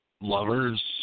Lovers